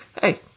hey